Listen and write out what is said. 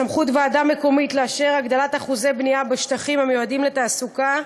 סמכות ועדה מקומית לאשר הגדלת אחוזי בנייה בשטחים המיועדים לתעסוקה),